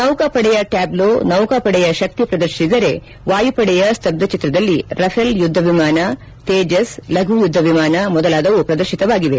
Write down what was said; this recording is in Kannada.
ನೌಕಾಪಡೆಯ ಟ್ಯಾಬ್ಲೋ ನೌಕಾಪಡೆಯ ಶಕ್ತಿ ಪ್ರದರ್ಶಿಸಿದರೆ ವಾಯುಪಡೆಯ ಸ್ತಬ್ದಚಿತ್ರದಲ್ಲಿ ರಫೇಲ್ ಯುದ್ದವಿಮಾನ ತೇಜಸ್ ಲಘು ಯುದ್ದ ವಿಮಾನ ಮೊದಲಾದವು ಪ್ರದರ್ಶಿತವಾಗಿವೆ